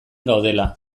gaudela